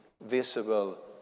visible